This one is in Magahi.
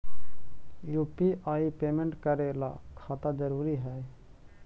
यु.पी.आई पेमेंट करे ला खाता जरूरी है?